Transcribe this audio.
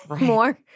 more